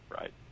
Right